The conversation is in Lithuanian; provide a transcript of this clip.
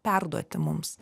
perduoti mums